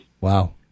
Wow